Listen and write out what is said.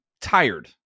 tired